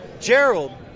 Gerald